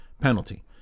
penalty